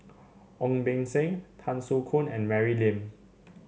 Ong Beng Seng Tan Soo Khoon and Mary Lim